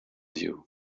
you